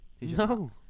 No